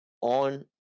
on